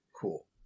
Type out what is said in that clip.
Cool